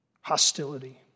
hostility